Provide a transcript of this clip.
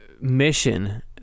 mission